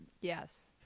Yes